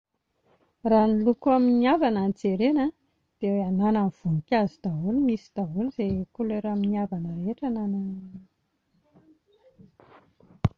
Raha ny loko amin'ny avana no jerena dia hananan'ny voninkazo daholo, misy daholo izay couleur amin'ny avana rehetra na ny